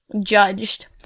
judged